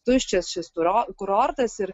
tuščias šis kuro kurortas ir